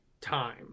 time